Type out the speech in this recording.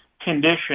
condition